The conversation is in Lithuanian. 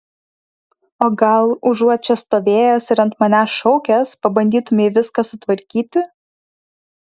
o gal užuot čia stovėjęs ir ant manęs šaukęs pabandytumei viską sutvarkyti